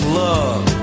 love